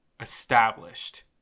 established